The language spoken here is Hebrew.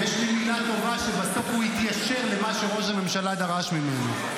יש לי מילה טובה: שבסוף הוא התיישר למה שראש הממשלה דרש ממנו.